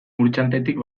murchantetik